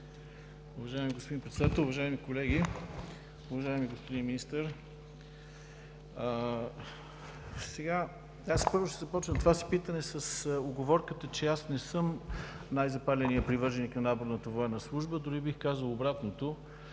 Уважаеми господин Председател, уважаеми колеги, уважаеми господин Министър! Ще започна това си питане с уговорката, че не съм най-запаленият привърженик на наборната военна служба. Дори бих казал обратното